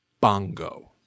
Bongo